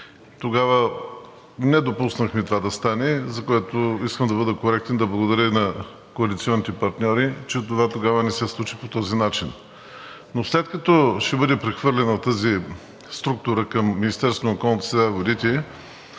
Тогава не допуснахме това да стане, за което искам да бъда коректен и да благодаря на коалиционните партньори, че това тогава не се случи по този начин. Но след като ще бъде прехвърлена тази структура към